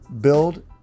build